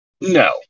no